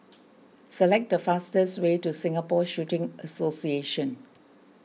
select the fastest way to Singapore Shooting Association